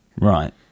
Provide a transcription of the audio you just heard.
Right